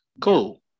Cool